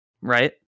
right